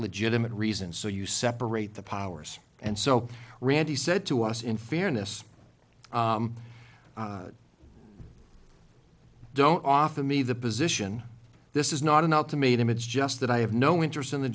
legitimate reasons so you separate the powers and so randy said to us in fairness don't offer me the position this is not an ultimatum it's just that i have no interest in the